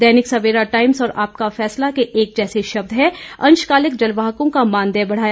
दैनिक Savera times और आपका फैसला के एक जैसे शब्द हैं अंशकालिक जलवाहकों का मानदेय बढ़ा